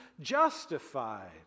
justified